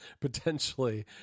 potentially